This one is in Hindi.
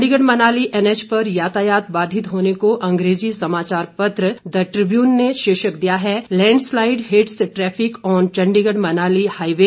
चंडीगढ़ मनाली एनएच पर यातायात बाधित होने को अंग्रेजी समाचार पत्र द ट्रिब्यून ने शीर्षक दिया है landslide hits traffic on Chandigarh Manali highway